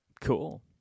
Cool